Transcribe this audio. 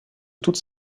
toutes